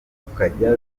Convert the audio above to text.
tukajya